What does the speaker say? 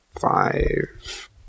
five